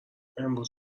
امروز